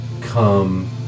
come